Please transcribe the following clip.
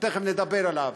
שתכף נדבר עליו,